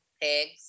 Pigs